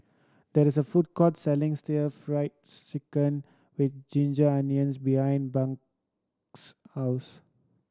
there is a food court selling still Fried Chicken with ginger onions behind house